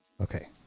Okay